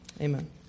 Amen